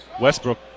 Westbrook